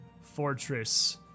fortress